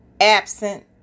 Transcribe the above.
absent